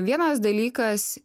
vienas dalykas